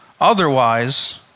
Otherwise